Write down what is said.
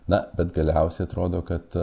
na bet galiausiai atrodo kad